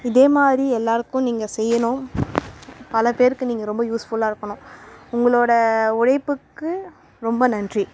இதே மாதிரி எல்லோருக்கும் நீங்கள் செய்யணும் பல பேருக்கு நீங்கள் ரொம்ப யூஸ்ஃபுல்லாக இருக்கணும் உங்களோட உழைப்புக்கு ரொம்ப நன்றி